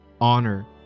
honor